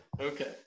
Okay